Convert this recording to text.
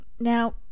Now